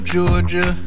Georgia